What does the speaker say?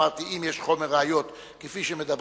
אמרתי: אם יש חומר ראיות כפי שמדברים,